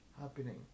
happening